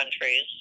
countries